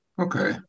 Okay